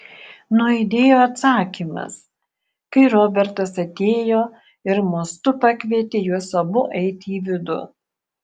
nuaidėjo atsakymas kai robertas atėjo ir mostu pakvietė juos abu eiti į vidų